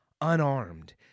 unarmed